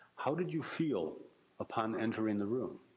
how did you feel upon entering the room?